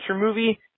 movie